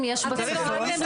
סתם אני שואלת,